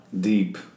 deep